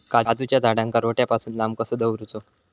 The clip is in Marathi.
काजूच्या झाडांका रोट्या पासून लांब कसो दवरूचो?